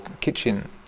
kitchen